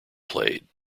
played